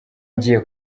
ngiye